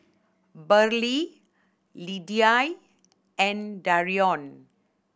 Brylee Lidie and Darrion